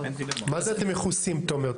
מה זה אתם מכוסים, תומר?